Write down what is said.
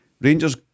Rangers